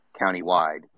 countywide